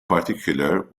particular